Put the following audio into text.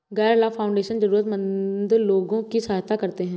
गैर लाभ फाउंडेशन जरूरतमन्द लोगों की सहायता करते हैं